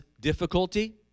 difficulty